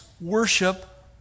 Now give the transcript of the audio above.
worship